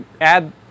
add